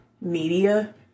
media